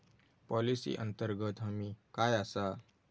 Policy अंतर्गत हमी काय आसा?